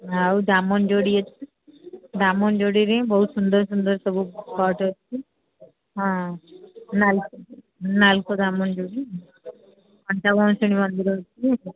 ଆଉ ଡାମନଯୋଡ଼ି ଅଛି ଡାମନଯୋଡ଼ିରେ ବହୁତ ସୁନ୍ଦର ସୁନ୍ଦର ସବୁ ସ୍ପଟ୍ ଅଛି ହଁ ନାଲକୋ ଡାମନଯୋଡ଼ି କଣ୍ଟାବୈଷ୍ଣି ମନ୍ଦିର ଅଛି